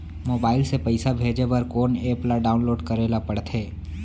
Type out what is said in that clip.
Mobile से पइसा भेजे बर कोन एप ल डाऊनलोड करे ला पड़थे?